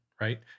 right